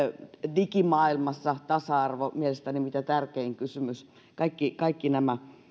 digimaailmassa tasa arvon suhteen mielestäni mitä tärkein kysymys kaikki kaikki nämä